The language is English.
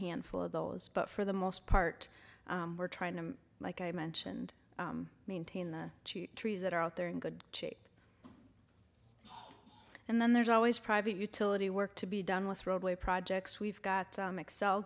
handful of those but for the most part we're trying to like i mentioned maintain the trees that are out there in good shape and then there's always private utility work to be done with roadway projects we've got excel